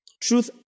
Truth